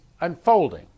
unfolding